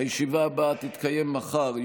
הישיבה הבאה תתקיים מחר,